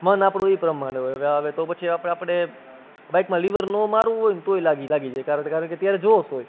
મન આપણું ઈ પ્રમાણે હોય હવે તો આ પછી આપણે આપણે બાઇકમાં લીવર ન મારવું હોય ને તો પણ લાગી લાગી જાય કારણ કે કારણ કે ત્યારે જોશ હોય